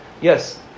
Yes